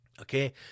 Okay